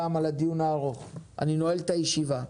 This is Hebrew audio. אני נועל את הישיבה.